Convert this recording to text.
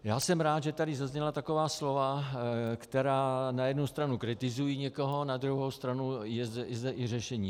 Já jsem rád, že tady zazněla taková slova, která na jednu stranu kritizují někoho, na druhou stranu je zde i řešení.